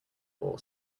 ball